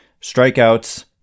strikeouts